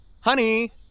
Honey